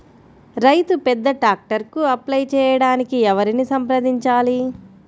రైతు పెద్ద ట్రాక్టర్కు అప్లై చేయడానికి ఎవరిని సంప్రదించాలి?